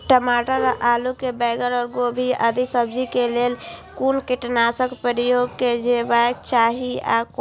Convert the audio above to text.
टमाटर और आलू और बैंगन और गोभी आदि सब्जी केय लेल कुन कीटनाशक प्रयोग कैल जेबाक चाहि आ कोना?